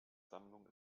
sammlung